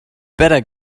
better